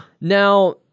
Now